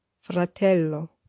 Fratello